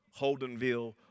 Holdenville